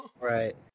right